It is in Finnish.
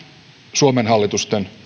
suomen hallitusten